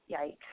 yikes